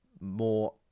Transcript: more